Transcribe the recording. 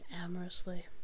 amorously